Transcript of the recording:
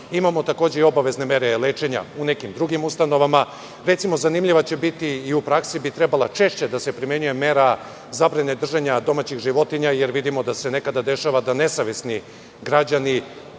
takođe i obavezne mere lečenja u nekim drugim ustanovama. Recimo zanimljiva će biti i u praksi bi trebalo češće da se primenjuje mera zabrane držanja domaćih životinja jer vidimo da se nekada dešava da nesavesni građani